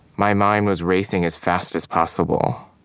my mind was racing as fast as possible